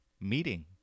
meeting